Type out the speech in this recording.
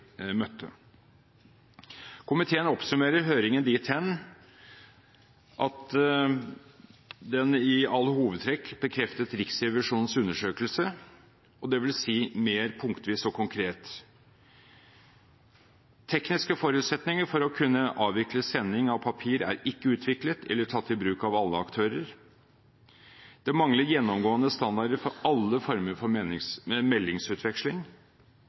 møtte. Komiteen oppsummerer høringen dit hen at den i alle hovedtrekk bekreftet Riksrevisjonens undersøkelse, og det vil si, mer punktvis og konkret: Tekniske forutsetninger for å kunne avvikle sending av papir er ikke utviklet eller tatt i bruk av alle aktører. Det mangler gjennomgående standarder for alle former for